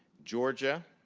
georgia,